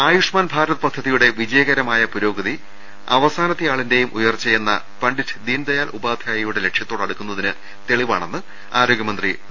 ആയുഷ്മാൻ ഭാരത് പദ്ധതിയുടെ വിജയകരമായ പുരോഗതി അവസാനത്ത യാളിന്റെയും ഉയർച്ചയെന്ന പണ്ഡിറ്റ് ദീൻ ദയാൽ ഉപാധ്യായയുടെ ലക്ഷ്യത്തോടടുക്കുന്നതിന് തെളിവാണെന്ന് ആരോഗ്യ മന്ത്രി ഡോ